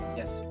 yes